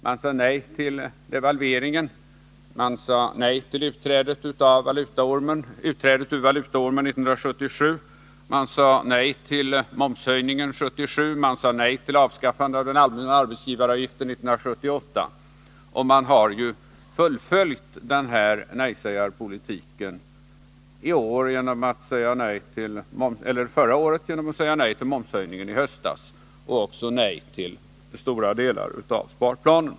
Man sade nej till devalveringen, nej till utträdet ur valutaormen 1977, nej till momshöjningen 1977, nej till avskaffande av den allmänna arbetsgivaravgiften 1978. Man har fullföljt den här nejsägarpolitiken genom att säga nej till momshöjningen i höstas och nej till stora delar av sparplanen.